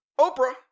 Oprah